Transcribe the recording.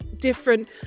different